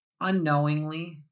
unknowingly